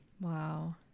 Wow